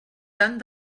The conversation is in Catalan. tant